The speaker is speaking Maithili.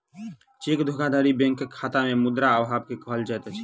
चेक धोखाधड़ी बैंकक खाता में मुद्रा अभाव के कहल जाइत अछि